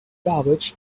garbage